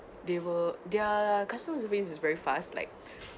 they will their customer service is very fast like